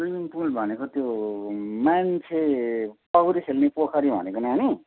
swimming pool भनेको त्यो मान्छे पौडी खेल्ने पोखरी भनेको नानी